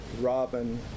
robin